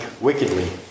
wickedly